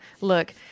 look